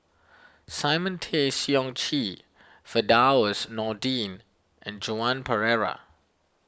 Simon Tay Seong Chee Firdaus Nordin and Joan Pereira